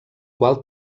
qual